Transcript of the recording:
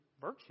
virtue